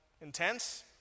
intense